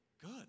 Good